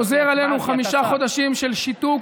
גוזר עלינו חמישה חודשים של שיתוק.